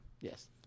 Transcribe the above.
Yes